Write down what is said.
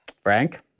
Frank